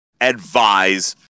advise